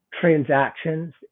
transactions